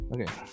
Okay